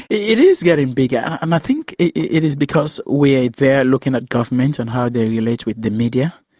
it is getting bigger, and i think it is because we are there looking at government and how they relate with the media,